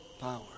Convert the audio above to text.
power